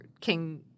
King